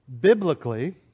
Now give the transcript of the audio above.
Biblically